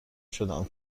شدم